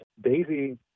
Daisy